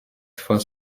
for